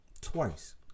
twice